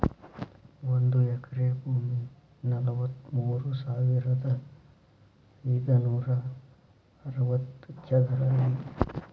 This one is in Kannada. ಒಂದ ಎಕರೆ ಭೂಮಿ ನಲವತ್ಮೂರು ಸಾವಿರದ ಐದನೂರ ಅರವತ್ತ ಚದರ ಅಡಿ